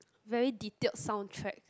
very detailed soundtrack